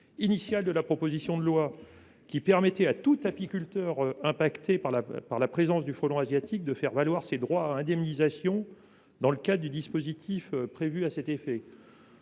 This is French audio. initial de la proposition de loi, selon lequel tout apiculteur impacté par la présence du frelon asiatique peut faire valoir ses droits à indemnisation dans le cadre du dispositif prévu à cet effet.